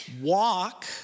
Walk